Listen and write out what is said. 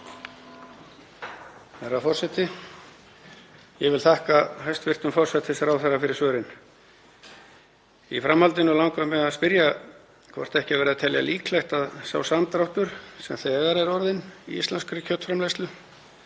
Herra forseti. Ég vil þakka hæstv. forsætisráðherra fyrir svörin. Í framhaldinu langar mig að spyrja hvort ekki verði að telja líklegt að sá samdráttur sem þegar er orðinn í íslenskri kjötframleiðslu,